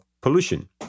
pollution